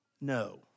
No